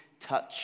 touch